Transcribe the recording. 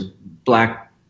Black